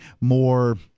more